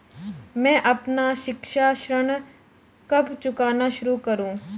मैं अपना शिक्षा ऋण कब चुकाना शुरू करूँ?